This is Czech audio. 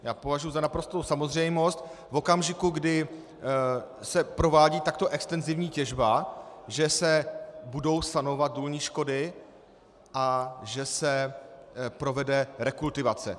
Já považuji za naprostou samozřejmost v okamžiku, kdy se provádí takto extenzivní těžba, že se budou sanovat důlní škody a že se provede rekultivace.